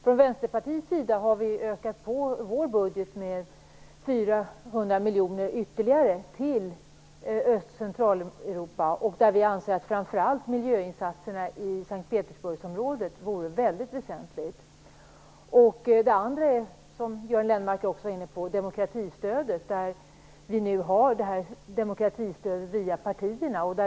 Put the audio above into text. Från Vänsterpartiets sida har vi ökat på vår budget med 400 miljoner ytterligare till Öst och Centraleuropa. Vi anser att miljöinsatser i framför allt St. Petersburgsområdet vore något väldigt väsentligt. Det andra viktiga, som Göran Lennmarker var inne på, är demokratistödet, som ju går via partierna.